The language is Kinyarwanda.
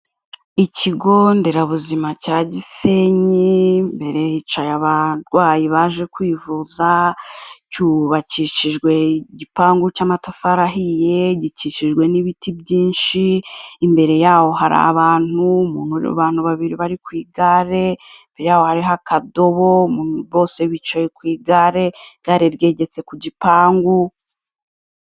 Ikigo nderabuzima cya Gisenyi, imbere hicaye abarwayi baje kwivuza, cyubakishijwe igipangu cy'amatafari ahiye, gikikijwe n'ibiti byinshi imbere yaho hari abantu babiri bari ku igare, imbere yabo hariho akadobo bose bicaye ku igare igare ryegetse ku gipangu.